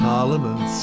Parliament